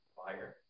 fire